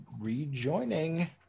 rejoining